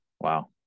Wow